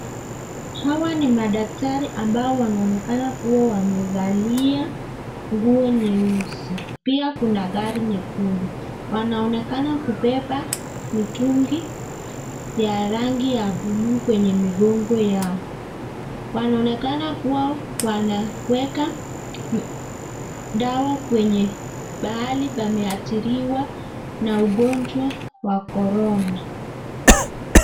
Hawa ni madaktari ambao wanaonekana kuwa wamevalia nguo nyeusi pia kuna gari nyekundu. Wanaonekana kubeba mitungi ya rangi ya blue kwenye migongo yao. Wanaoneka kuwa wanaweka dawa kwenye pahali pameadhiriwa na ugonjwa wa korona.